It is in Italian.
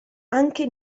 anche